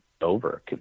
over